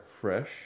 fresh